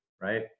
right